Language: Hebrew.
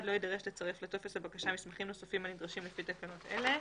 - לא יידרש לצרף לטופס הבקשה מסמכים נוספים הנדרשים לפי תקנות אלה.